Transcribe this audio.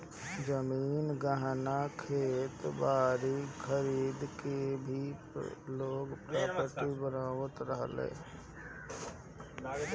जमीन, गहना, खेत बारी खरीद के भी लोग प्रापर्टी बनावत बाटे